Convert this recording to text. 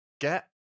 get